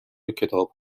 کتاب